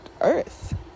earth